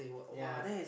ya